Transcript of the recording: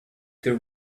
there